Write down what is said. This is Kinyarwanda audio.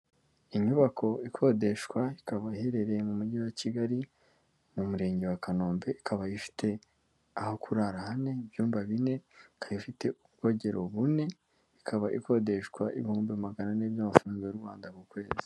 Inyubako ikodeshwa ikaba iherereye mu mujyi wa Kigali mu murenge wa Kanombe ikaba ifite aho kurara hane, ibyumba bine, ikaba ifite ubwogero bune, ikaba ikodeshwa ibihumbi magana ane by'amafaranga y'u Rwanda ku kwezi.